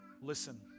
listen